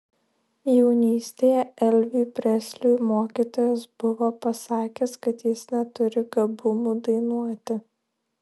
jaunystėje elviui presliui mokytojas buvo pasakęs kad jis neturi gabumų dainuoti